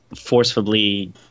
forcefully